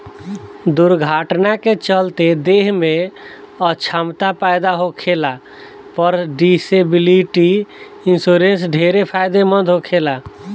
दुर्घटना के चलते देह में अछमता पैदा होखला पर डिसेबिलिटी इंश्योरेंस ढेरे फायदेमंद होखेला